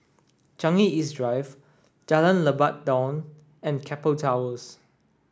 Changi East Drive Jalan Lebat Daun and Keppel Towers